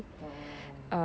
oh